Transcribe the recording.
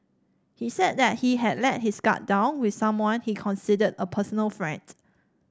he said that he had let his guard down with someone he considered a personal friend